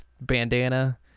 bandana